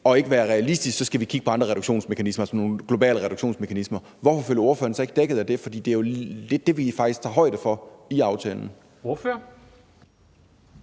vil være realistisk, så skal vi kigge på andre reduktionsmekanismer, altså globale reduktionsmekanismer. Hvorfor føler ordføreren sig ikke dækket af det, for det er jo lidt det, vi faktisk tager højde for i aftalen? Kl.